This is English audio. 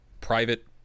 private